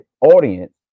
audience